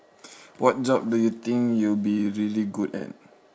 what job do you think you'll be really good at